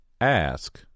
Ask